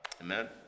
Amen